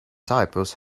typos